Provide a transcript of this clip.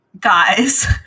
guys